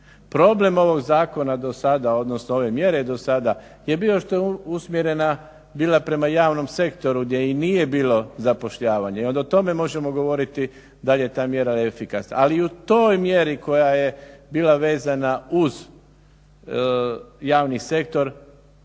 Problem ovog zakona do sada odnosno ove mjere do sada je bio što je bila usmjerena prema javnom sektoru gdje i nije bilo zapošljavanje i onda o tome možemo govoriti da li je ta mjera efikasna. Ali u toj mjeri koja je bila vezana uz javni sektor